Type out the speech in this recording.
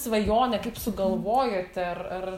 svajonė kaip sugalvojote ar ar